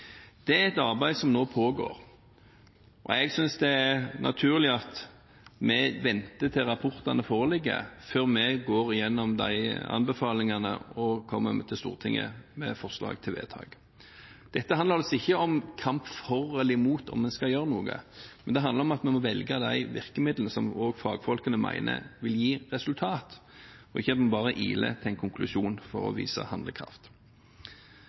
Det er et arbeid som nå pågår, og jeg synes det er naturlig at vi venter til rapportene foreligger, før vi går igjennom anbefalingene og kommer til Stortinget med forslag til vedtak. Dette handler altså ikke om kamp for eller imot om en skal gjøre noe, men det handler om at vi må velge de virkemidlene som også fagfolkene mener vil gi resultater, og at en ikke bare iler til en konklusjon for å vise handlekraft.